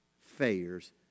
failures